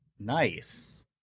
Nice